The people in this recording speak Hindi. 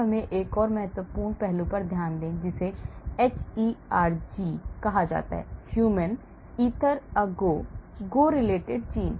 अब हमें एक और महत्वपूर्ण पहलू पर ध्यान दें जिसे hERG कहा जाता है human Ether a go go related gene